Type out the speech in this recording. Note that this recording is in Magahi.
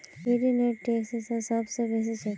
फिनलैंडेर टैक्स दर सब स बेसी छेक